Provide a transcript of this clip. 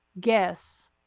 guess